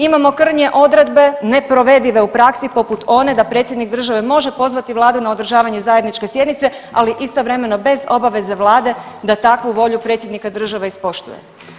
Imamo krnje odredbe, neprovedive u praksi poput one da predsjednik države može pozvati vladu na održavanje zajedničke sjednice, ali istovremeno bez obaveze vlade da takvu volju predsjednika države ispoštuje.